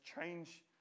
change